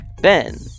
Ben